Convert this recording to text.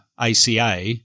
ACA